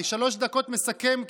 אני בשלוש דקות מסכם,